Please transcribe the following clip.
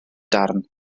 darn